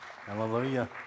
Hallelujah